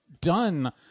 done